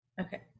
Okay